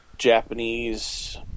Japanese